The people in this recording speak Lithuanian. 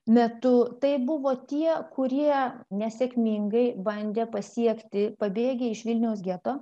metu tai buvo tie kurie nesėkmingai bandė pasiekti pabėgę iš vilniaus geto